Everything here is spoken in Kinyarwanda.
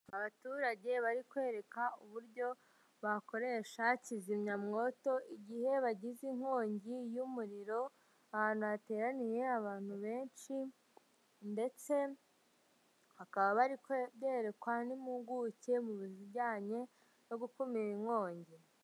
Abaturage bari kwereka uburyo bakoresha kizimyamwoto igihe bagize inkongi y'umuriro, ahantu hateraniye abantu benshi, ndetse bakaba bari kubyerekwa n'impuguke mu bijyanye no gukumira inkongi.